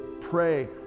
pray